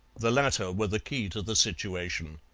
the latter were the key to the situation.